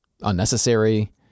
unnecessary